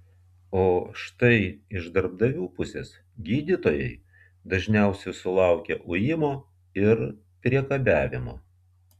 o štai iš darbdavių pusės gydytojai dažniausiai sulaukia ujimo ir priekabiavimo